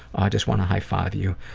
i just want to high-five you.